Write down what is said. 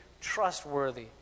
trustworthy